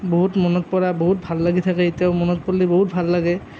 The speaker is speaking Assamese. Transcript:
বহুত মনত পৰে আৰু বহুত ভাল লাগি থাকে এতিয়াও মনত পৰলি বহুত ভাল লাগে